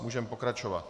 Můžeme pokračovat.